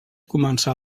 començar